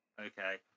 Okay